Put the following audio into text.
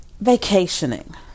vacationing